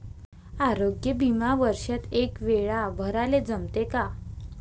आरोग्य बिमा वर्षात एकवेळा भराले जमते का?